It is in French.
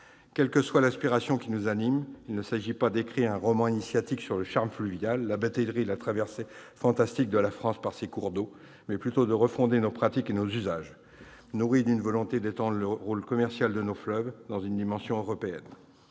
Quelle que soit l'inspiration qui nous anime, il s'agit non pas d'écrire un roman initiatique sur le charme fluvial, la batellerie et la traversée fantastique de la France par ses cours d'eau, mais plutôt de refonder nos pratiques et nos usages, nourris d'une volonté d'étendre le rôle commercial de nos fleuves dans une dimension européenne.